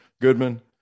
Goodman